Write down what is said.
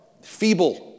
feeble